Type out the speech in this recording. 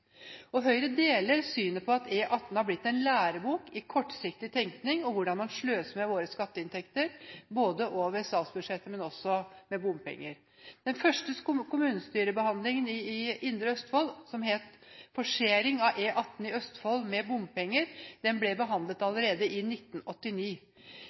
ferdigstilt.» Høyre deler synet på at E18 har blitt en lærebok i kortsiktig tenkning og hvordan man sløser med våre skatteinntekter, både over statsbudsjett og med bompenger. Den første kommunestyrebehandlingen i Indre Østfold av forsering av E18 i Østfold med bompenger ble behandlet